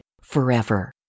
forever